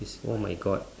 is oh my god